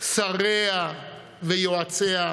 שריה ויועציה,